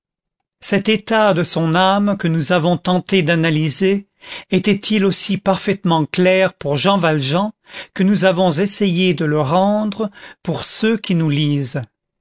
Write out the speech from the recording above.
cet état de son âme que nous avons tenté d'analyser était-il aussi parfaitement clair pour jean valjean que nous avons essayé de le rendre pour ceux qui nous lisent